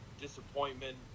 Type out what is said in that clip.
disappointment